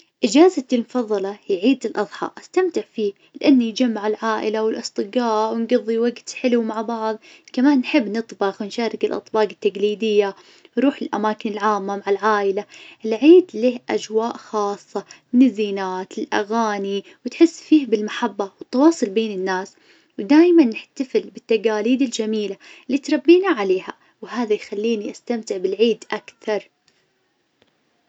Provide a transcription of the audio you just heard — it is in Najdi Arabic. إجازتي المفظلة هي عيد الأظحى استمتع فيه لأنه يجمع العائلة والأصدقاء ونقظي وقت حلو مع بعظ. كمان نحب نطبخ ونشارك الأطباق التقليدية. نروح الأماكن العامة مع العائلة. العيد له أجواء خاصة من الزينات للأغاني، وتحس فيه بالمحبة والتواصل بين الناس. ودايما نحتفل بالتقاليد الجميلة اللي تربينا عليها وهذا يخليني استمتع بالعيد أكثر.